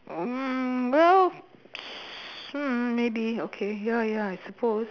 um well um maybe okay ya ya I suppose